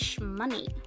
money